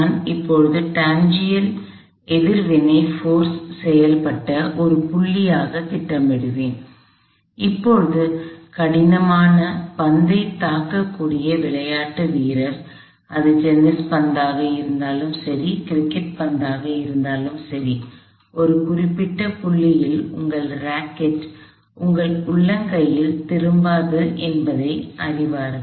நான் இப்போது டான்ஜென்ஷியல் எதிர்வினையை போர்ஸ் செயல்பட்ட புள்ளி ஆக திட்டமிடுவேன் இப்போது கடினமான பந்தைத் தாக்க கூடிய விளையாட்டு வீரர் அது டென்னிஸ் பந்தாக இருந்தாலும் சரி கிரிக்கெட் பந்தாக இருந்தாலும் சரி ஒரு குறிப்பிட்ட புள்ளியில் உங்கள் ராக்கெட் உங்கள் உள்ளங்கையில் திரும்பாது என்பதை அறிவார்கள்